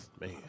Man